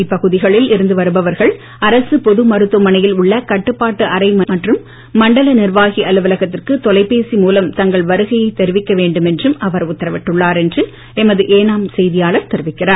இப்பகுதிகளில் இருந்து வருபவர்கள் அரசு பொது மருத்துவமனையில் உள்ள கட்டுப்பாட்டு அறை மற்றும் மண்டல நிர்வாகி அலுவலகத்திற்கு தொலைபேசி மூலம் தங்கள் வருகையைத் தெரிவிக்க வேண்டும் என்றும் அவர் உத்தரவிட்டுள்ளார் என்று எமது ஏனாம் செய்தியாளர் தெரிவிக்கிறார்